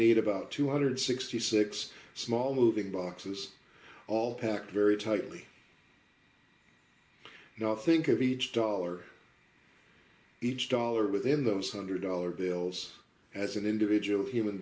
need about two hundred and sixty six dollars small moving boxes all packed very tightly now think of each dollar each dollar within those one hundred dollars bills as an individual human